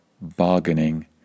bargaining